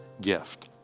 gift